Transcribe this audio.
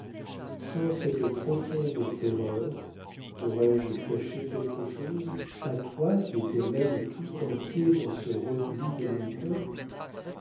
sans cette profonde terreur taurais je caché quelque chose à toi qui étais même tout entier dans ce repli de mon cœur